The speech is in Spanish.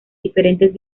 diferentes